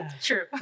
true